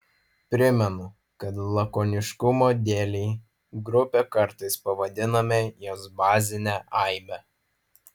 primenu kad lakoniškumo dėlei grupe kartais pavadiname jos bazinę aibę